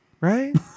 right